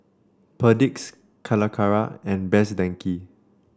Perdix Calacara and Best Denki